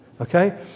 Okay